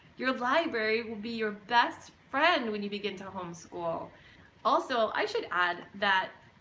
your library will be your best friend when you begin to home-school also i should add that